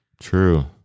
True